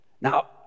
Now